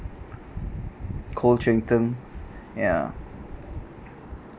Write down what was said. cold cheng tng ya